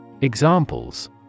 Examples